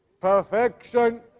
perfection